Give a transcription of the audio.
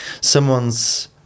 someone's